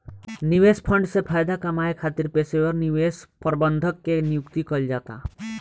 निवेश फंड से फायदा कामये खातिर पेशेवर निवेश प्रबंधक के नियुक्ति कईल जाता